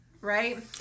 right